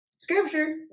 Scripture